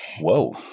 Whoa